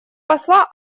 посла